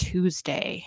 Tuesday